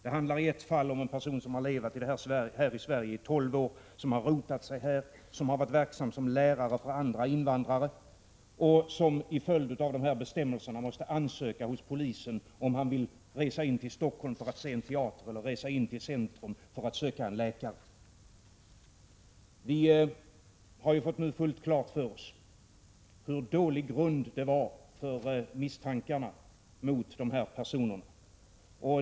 Det handlar i ett fall om en person som har levat i Sverige i tolv år, som har rotat sig här, som har varit verksam som lärare för andra invandrare men som i följd av de här bestämmelserna måste göra ansökan hos polisen om han vill resa in till Stockholm för att se en teaterföreställning eller resa in till centrum för att söka en läkare. Vi har nu fått fullt klart för oss hur dålig grund det var för misstankarna mot de här personerna.